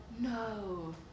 No